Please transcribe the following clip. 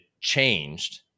changed